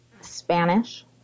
Spanish